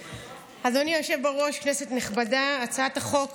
אדוני היושב בראש, כנסת נכבדה, הצעת החוק